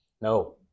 No